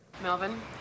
Melvin